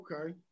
Okay